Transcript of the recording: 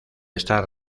estar